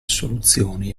soluzioni